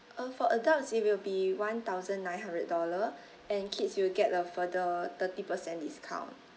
uh for adults it will be one thousand nine hundred dollars and kids will get a further thirty percent discount